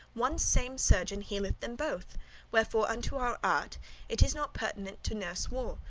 one same surgeon healeth them both wherefore unto our art it is not pertinent to nurse war,